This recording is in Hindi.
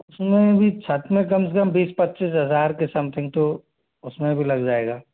उसमें भी छत में कम से कम बीस से पच्चीस हज़ार के समथिंग तो उसमें भी लग जाएगा